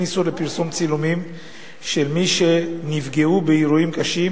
אין איסור לפרסם צילומים של מי שנפגעו באירועים קשים